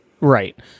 right